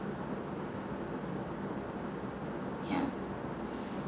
yeah